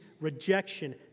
rejection